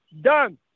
Done